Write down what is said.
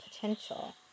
potential